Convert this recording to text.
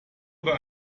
oder